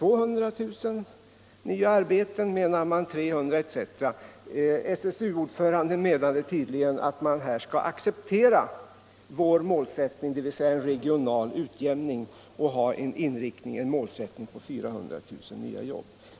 SSU-ordföranden anser tydligen att man skall acceptera vår målsättning, dvs. en regional utjämning, och ha målsättningen 400 000 nya jobb.